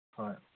ꯍꯣꯏ